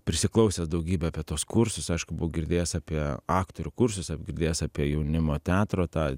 prisiklausęs daugybę apie tuos kursus aišku buvau girdėjęs apie aktorių kursus girdėjęs apie jaunimo teatro tą